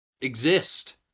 exist